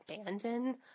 abandon